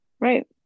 Right